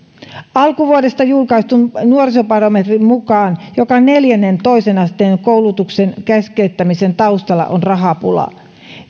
alkuvuodesta julkaistun nuorisobarometrin mukaan joka neljännen toisen asteen koulutuksen keskeyttämisen taustalla on rahapula